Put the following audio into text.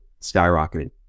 skyrocketing